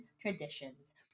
traditions